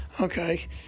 Okay